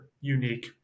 unique